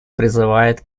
призывает